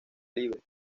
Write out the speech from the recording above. libre